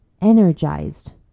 Energized